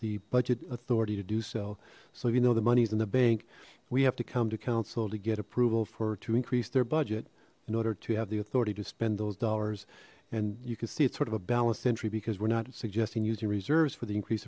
the budget authority to do so so if you know the money's in the bank we have to come to council to get approval for to increase their budget in order to have the authority to spend those dollars and you can see it's sort of a balanced entry because we're not suggesting using reserves for the increase